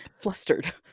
flustered